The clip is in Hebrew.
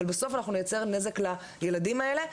אבל בסוף אני נייצר נזק לילדים האלה.